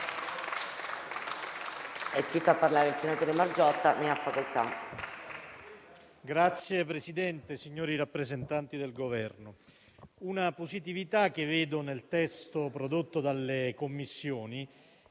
Signor Presidente, signori rappresentanti del Governo, un fattore positivo che vedo nel testo prodotto dalle Commissioni